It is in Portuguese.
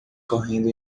correndo